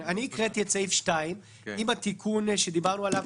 הקראתי את סעיף 2 עם התיקון שדיברנו עליו,